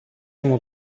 μου